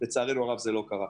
לצערנו הרב זה לא קרה.